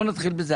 בוא נתחיל בזה.